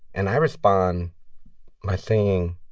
and i respond by saying,